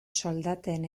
soldaten